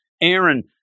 Aaron